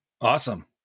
Awesome